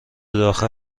داخل